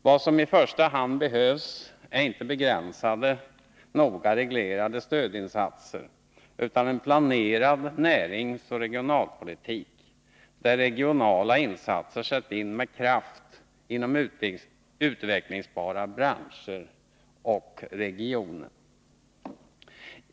Vad som i första hand behövs är inte begränsade, noga reglerade stödinsatser, utan en planerad näringsoch regionalpolitik, där regionala insatser sätts in med kraft inom utvecklingsbara branscher och regioner.